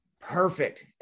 Perfect